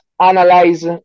analyze